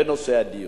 בנושא הדיור.